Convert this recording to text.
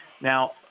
Now